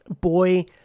Boy